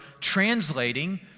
translating